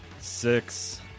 Six